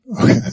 Okay